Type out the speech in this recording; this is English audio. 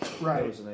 Right